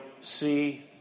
see